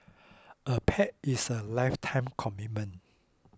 a pet is a lifetime commitment